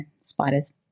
spiders